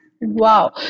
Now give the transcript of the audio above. Wow